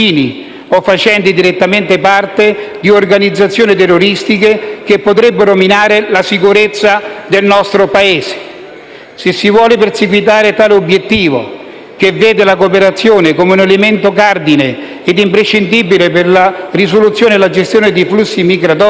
o facenti direttamente parte di organizzazioni terroristiche che potrebbero minare la sicurezza del nostro Paese. Se si vuole perseguire tale obiettivo, che vede la cooperazione come un elemento cardine ed imprescindibile per la risoluzione e il governo dei flussi migratori,